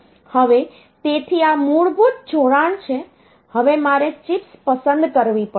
હવે તેથી આ મૂળભૂત જોડાણ છે હવે મારે ચિપ્સ પસંદ કરવી પડશે